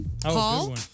Paul